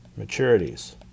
maturities